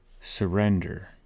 surrender